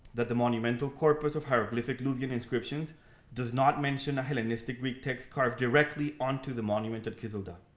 that the monument of corpus of hieroglyphic luwian inscriptions does not mention a hellenistic greek text carved directly onto the monument at kizildag.